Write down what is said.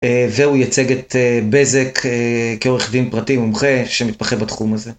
והוא יצג את בזק כעורך דין פרטי מומחה שמתמחה בתחום הזה.